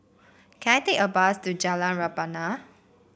can I take a bus to Jalan Rebana